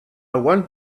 want